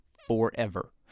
forever